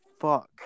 fuck